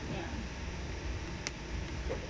ya